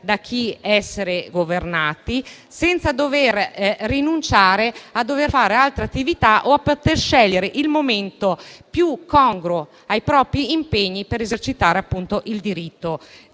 da chi essere governati senza dover rinunciare a fare altre attività, ma potendo scegliere il momento più congruo ai propri impegni per esercitare il proprio diritto